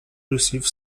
receive